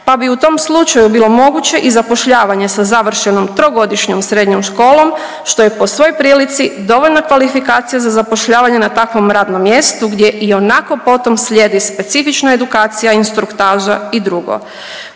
pa bi u tom slučaju bilo moguće i zapošljavanje sa završenom 3-godišnjom srednjom školom, što je po svoj prilici dovoljna kvalifikacija za zapošljavanje na takvom radnom mjestu gdje ionako potom slijedi specifična edukacija, instruktaža i drugo.